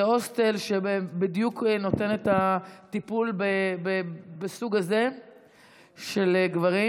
זה הוסטל שנותן בדיוק את הטיפול בסוג הזה של גברים,